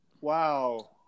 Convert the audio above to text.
Wow